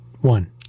one